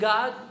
God